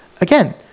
Again